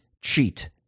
cheat